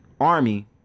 army